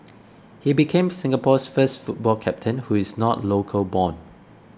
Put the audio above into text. he became Singapore's first football captain who is not local born